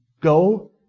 go